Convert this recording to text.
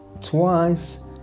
twice